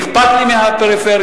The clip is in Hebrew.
אכפת לי מהפריפריה,